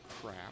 crap